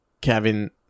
Kevin